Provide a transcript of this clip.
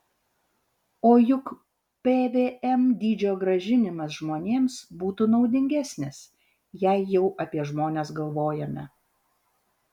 o juk pvm dydžio grąžinimas žmonėms būtų naudingesnis jei jau apie žmones galvojame